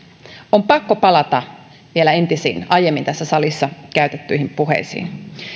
on pakko palata vielä entisiin aiemmin tässä salissa käytettyihin puheisiin